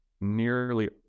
nearly